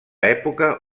època